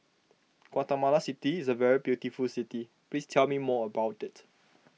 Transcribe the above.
Guatemala City is a very beautiful city please tell me more about it